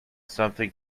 something